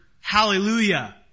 hallelujah